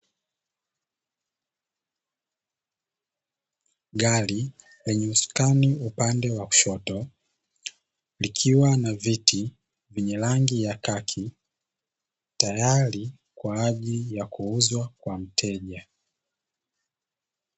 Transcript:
Gari lenye usukani upande wa kushoto likiwa na viti vyenye rangi ya kaki tayari kwa ajili ya kuuzwa kwa mteja.